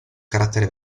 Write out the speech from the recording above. carattere